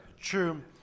true